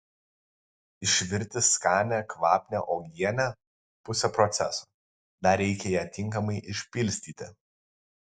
išvirti skanią kvapnią uogienę pusė proceso dar reikia ją tinkamai išpilstyti